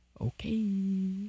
Okay